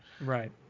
Right